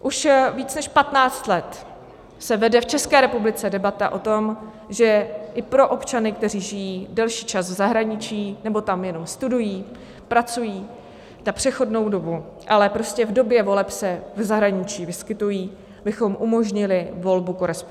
Už víc než patnáct let se vede v České republice debata o tom, že i pro občany, kteří žijí delší čas v zahraničí nebo tam jenom studují, pracují na přechodnou dobu, ale prostě v době voleb se v zahraničí vyskytují, bychom umožnili volbu korespondenčně.